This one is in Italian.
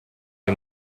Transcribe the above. dei